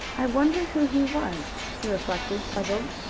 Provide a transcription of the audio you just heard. i wonder who he was, he reflected, puzzled.